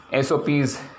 SOPs